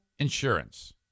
insurance